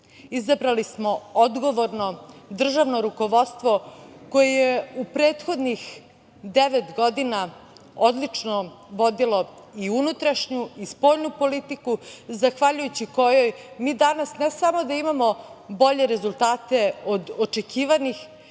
Izabrali smo odgovorno državno rukovodstvo koje je u prethodnih devet godina odlično vodilo i unutrašnju i spoljnu politiku zahvaljujući kojoj mi danas ne samo da imamo bolje rezultate od očekivanih,